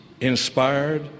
inspired